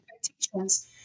expectations